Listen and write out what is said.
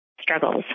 struggles